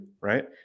right